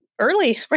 early